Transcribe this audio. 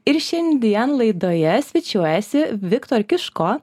ir šiandien laidoje svečiuojasi viktor kiško